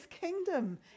kingdom